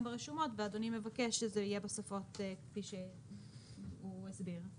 ברשומות ואדוני מבקש שזה יהיה בשפות כפי שהוא הסביר.